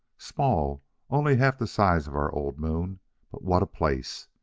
small only half the size of our old moon but what a place!